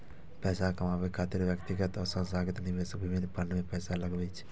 पैसा कमाबै खातिर व्यक्तिगत आ संस्थागत निवेशक विभिन्न फंड मे पैसा लगबै छै